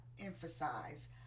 emphasize